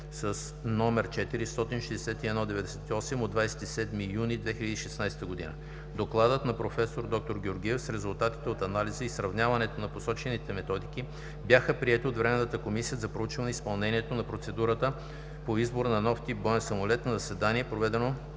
№ 400-6198, от 27 юни 2016 г. Докладът на проф. д-р Георгиев с резултатите от анализа и сравняването на посочените методики бяха приети от Времената комисия за проучване изпълнението на процедурата по избор на нов тип боен самолет на заседание, проведено